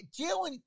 Jalen